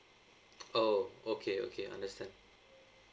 oh okay okay understand